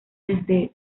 desde